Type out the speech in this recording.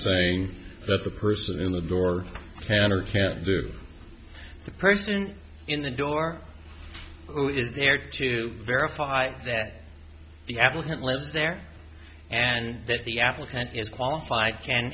saying that the person in the door can or can't do the person in the door who is there to verify that the applicant lives there and that the applicant is qualified can